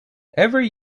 every